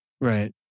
Right